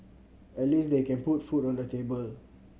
at least they can put food on the table